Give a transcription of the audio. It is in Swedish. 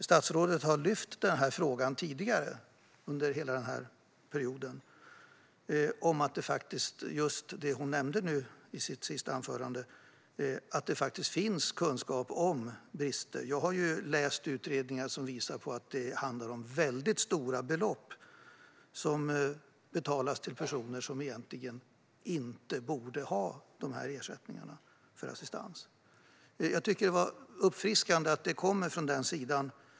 Statsrådet har flera gånger tidigare lyft fram frågan under hela perioden, och hon nämnde det nyss under sitt senaste anförande, att det finns kunskap om brister. Jag har läst utredningar som visar på att det handlar om väldigt stora belopp som betalas till personer som egentligen inte borde ha dessa ersättningar för assistans. Jag tycker att det var uppfriskande att det kom från den sidan.